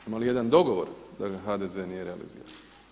Ima li jedan dogovor da ga HDZ nije realizirao?